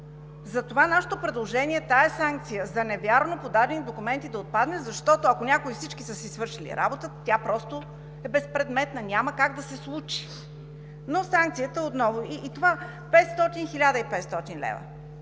Затова нашето предложение е тази санкция за невярно подадени документи да отпадне, защото ако всички са си свършили работата, тя просто е безпредметна, няма как да се случи. Но санкцията е отново… И това 500 – 1500 лв.?!